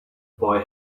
boy